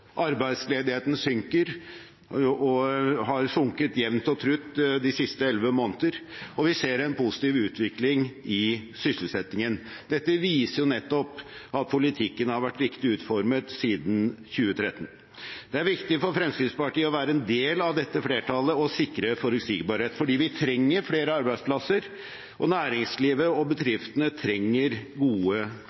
arbeidsledigheten synker – den har sunket jevnt og trutt de siste elleve månedene – og vi ser en positiv utvikling i sysselsettingen. Dette viser nettopp at politikken har vært riktig utformet siden 2013. Det er viktig for Fremskrittspartiet å være en del av dette flertallet og sikre forutsigbarhet, for vi trenger flere arbeidsplasser, og næringslivet og bedriftene trenger gode